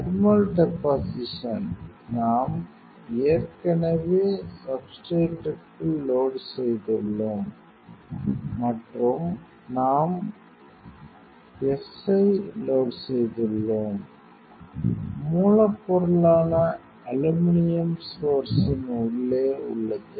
thermal deposition நாம் ஏற்கனவே சப்ஸ்ட்ரேட்க்குள் லோட் செய்துள்ளோம் மற்றும் நாம் S ஐ லோட் செய்துள்ளோம் மூலப்பொருளான அலுமினியப் சோர்ஸ்ன் உள்ளே உள்ளது